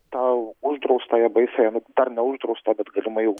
tą uždraustojo baisiojo dar ne uždraustą bet galima jau